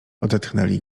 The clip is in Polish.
odetchnęli